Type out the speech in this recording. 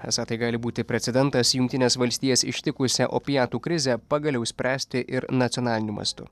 esą tai gali būti precedentas jungtines valstijas ištikusią opiatų krizę pagaliau išspręsti ir nacionaliniu mastu